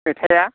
मेथाइआ